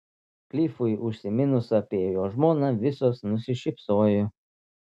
klifui užsiminus apie jo žmoną visos nusišypsojo